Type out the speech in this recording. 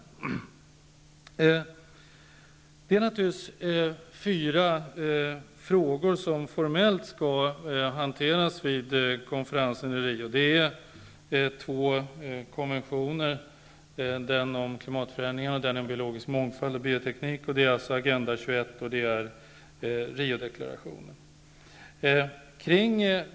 Jag tar härmed initiativet till det! Det är fyra frågor som formellt skall hanteras vid konferensen i Rio. Det är två konventioner -- den om klimatförändringarna och den om biologisk mångfald och bioteknik -- samt Agenda 21 och Riodeklarationen.